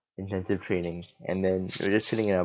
intensive training and then we're just chilling in our